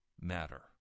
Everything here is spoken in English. matter